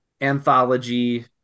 anthology